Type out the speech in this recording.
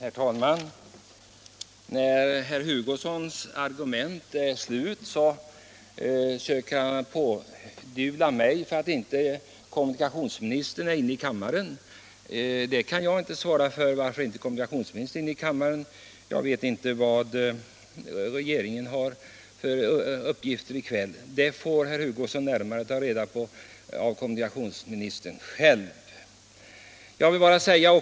Herr talman! När herr Hugossons argument är slut försöker han pådyvla mig ansvaret för att kommunikationsministern inte är inne i kammaren. Men jag kan inte svara på varför han inte är här, eftersom jag inte vet vilka uppgifter kommunikationsministern har i kväll. Det får herr Hugosson ta reda på av kommunikationsministern själv.